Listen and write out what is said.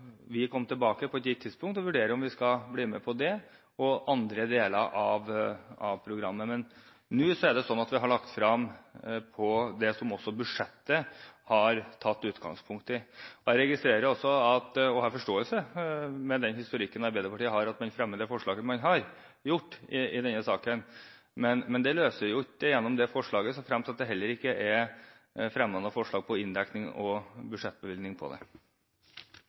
får komme tilbake på et gitt tidspunkt og vurdere om vi skal bli med på det og andre deler av programmet. Men nå er det sånn at det vi har lagt frem, er det som budsjettet har tatt utgangspunkt i. Jeg registrerer og har forståelse for, med den historikken Arbeiderpartiet har, at man fremmer det forslaget man gjør i denne saken. Men det løses ikke med dette forslaget, såfremt det ikke er fremmet noe forslag om inndekning og budsjettbevilgning.